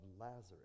Lazarus